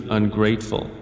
ungrateful